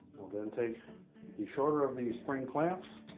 we'll then take the shorter of the spring clamps,